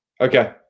Okay